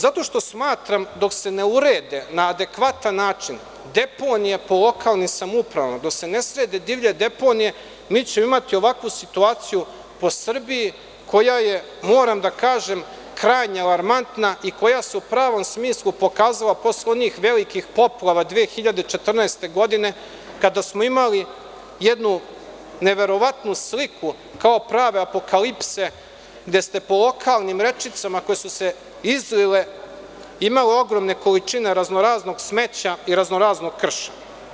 Zato što smatram dok se ne urede na adekvatan način deponije po lokalnim samoupravama, dok se ne srede divlje deponije, mi ćemo imati ovakvu situaciju po Srbiji koja je moram da kažem krajnje alarmantna i koja se u pravom smislu pokazala posle onih velikih poplava 2014. godine kada smo imali jednu neverovatnu sliku kao prave apokalipse gde ste po lokalnim rečicama koje su se izlile imali ogromne količine raznoraznog smeća i raznoraznog krša.